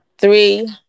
Three